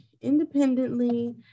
independently